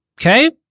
Okay